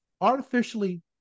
artificially